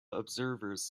observers